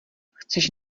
chceš